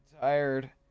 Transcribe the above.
tired